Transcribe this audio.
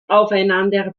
aufeinander